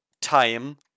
time